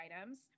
items